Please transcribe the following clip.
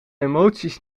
emoties